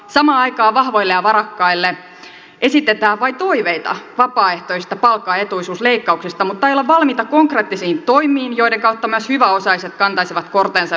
samaan aikaan vahvoille ja varakkaille esitetään vain toiveita vapaaehtoisista palkka ja etuisuusleikkauksista mutta ei olla valmiita konkreettisiin toimiin joiden kautta myös hyväosaiset kantaisivat kortensa yhteiseen kekoon